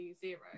zero